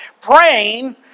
praying